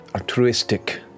altruistic